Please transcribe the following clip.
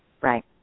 Right